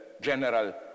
general